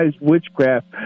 witchcraft